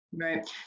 Right